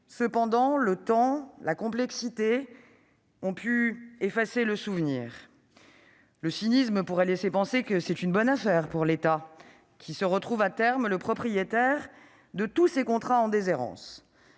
des dispositifs ont toutefois effacé le souvenir. Le cynisme pourrait laisser penser que c'est une bonne affaire pour l'État, qui se retrouve à terme le propriétaire de tous ces contrats en déshérence.